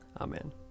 Amen